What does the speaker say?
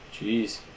Jeez